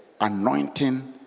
anointing